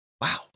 wow